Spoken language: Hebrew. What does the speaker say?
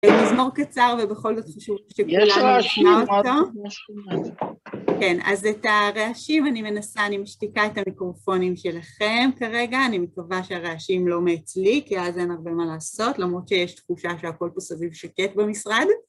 מזמור קצר, ובכל זאת חשוב שכולם ישמעו אותו. כן, אז את הרעשים, אני מנסה, אני משתיקה את המיקרופונים שלכם כרגע, אני מקווה שהרעשים לא מאצלי, כי אז אין הרבה מה לעשות, למרות שיש תחושה שהכל פה סביב שקט במשרד.